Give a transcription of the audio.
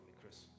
Chris